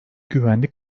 güvenlik